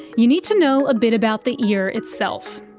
you need to know a bit about the ear itself.